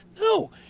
No